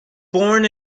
born